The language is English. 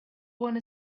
one